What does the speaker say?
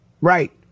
Right